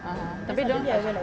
(uh huh) tapi dia orang